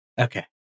Okay